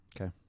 Okay